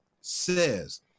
says